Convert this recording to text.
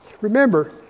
Remember